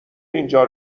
اینجا